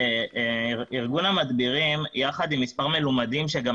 ארגון המדבירים יחד עם מספר מלומדים שגם